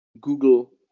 Google